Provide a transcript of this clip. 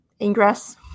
ingress